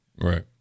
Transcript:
right